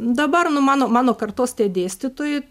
dabar nu mano mano kartos tie dėstytojai